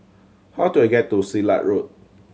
how do I get to Silat Road